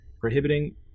prohibiting